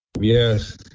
Yes